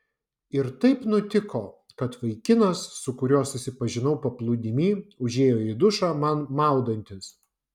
ir taip nutiko kad vaikinas su kuriuo susipažinau paplūdimy užėjo į dušą man maudantis